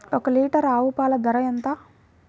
ఒక్క లీటర్ ఆవు పాల ధర ఎంత?